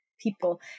people